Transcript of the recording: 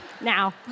Now